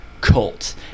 cult